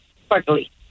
sparkly